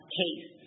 case